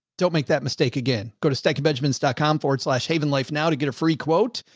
don't make that mistake again. go to stacking benjamins dot com forward slash haven life. now to get a free quote,